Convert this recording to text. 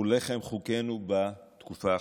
הוא לחם חוקנו בתקופה האחרונה.